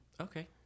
Okay